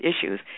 issues